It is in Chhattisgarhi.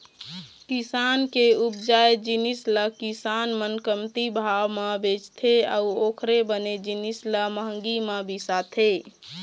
किसान के उपजाए जिनिस ल किसान मन कमती भाव म बेचथे अउ ओखरे बने जिनिस ल महंगी म बिसाथे